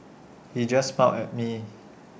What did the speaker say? he just smiled at me